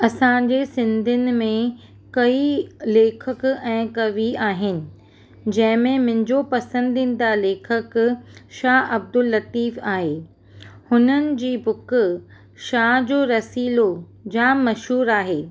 असांजे सिंधियुनि में कईं लेखक ऐं कवि आहिनि जंहिं में मुंहिंजो पसंदीदा लेखकु शाह अब्दुल लतीफ़ आहे हुननि जी बुक शाह जो रसालो जामु मशहूरु आहे